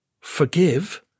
forgive